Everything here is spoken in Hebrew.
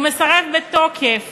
הוא מסרב בתוקף